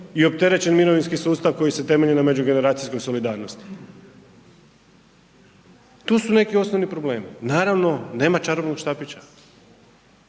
i opterećen mirovinski sustav koji se temelji na međugeneracijskoj solidarnosti. To su neki osnovni problemi. Naravno, nema čarobnog štapića,